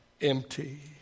Empty